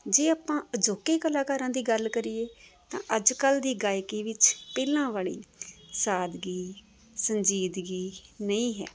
ਜੇ ਆਪਾਂ ਅਜੋਕੇ ਕਲਾਕਾਰਾਂ ਦੀ ਗੱਲ ਕਰੀਏ ਤਾਂ ਅੱਜ ਕੱਲ੍ਹ ਦੀ ਗਾਇਕੀ ਵਿੱਚ ਪਹਿਲਾਂ ਵਾਲੀ ਸਾਦਗੀ ਸੰਜੀਦਗੀ ਨਹੀਂ ਹੈ